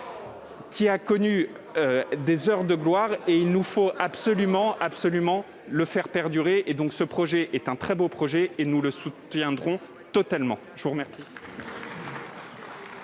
et des heures de gloire. Il nous faut absolument le faire perdurer. Ce projet est un très beau projet ; nous le soutiendrons totalement. La parole